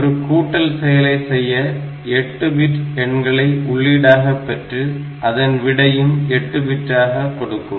ஒரு கூட்டல் செயலை செய்ய 8 பிட் எண்களை உள்ளீடாக பெற்று அதன் விடையும் 8 பிட்டாக கொடுக்கும்